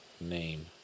Name